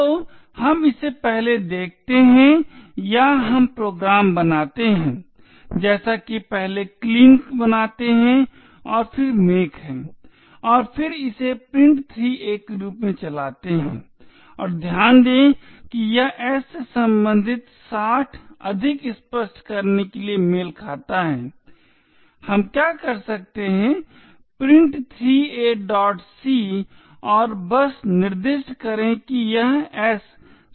तो हम इसे पहले देखते हैं या हम प्रोग्राम बनाते हैं जैसा कि पहले clean बनाते हैं और फिर make हैं और फिर इसे print3a के रूप में चलाते हैं और ध्यान दें कि यह s से सम्बंधित 60 अधिक स्पष्ट करने के लिए मेल खाता है हम क्या कर सकते हैं print3ac और बस निर्दिष्ट करें कि s 60 के बराबर है